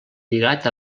lligat